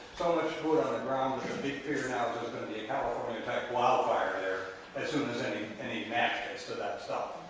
so much food on the ground with a big fear now but is going to be a california attack. wildfire there as soon as any, any next to that stuff.